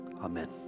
Amen